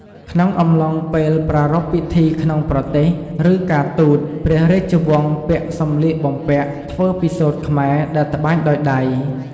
ក្នុងអំឡុងពេលប្រារព្ធពិធីក្នុងប្រទេស ឬ ការទូត ព្រះរាជវង្សពាក់សម្លៀកបំពាក់ធ្វើពីសូត្រខ្មែរ ដែលត្បាញដោយដៃ។